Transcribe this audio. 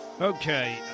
Okay